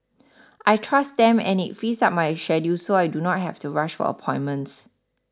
I trust them and it frees up my schedule so I do not have to rush for appointments